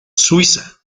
suiza